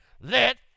let